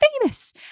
famous